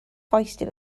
feisty